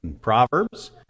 Proverbs